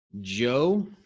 Joe